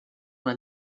una